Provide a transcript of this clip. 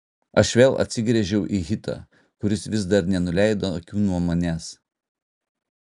aš vėl atsigręžiau į hitą kuris vis dar nenuleido akių nuo manęs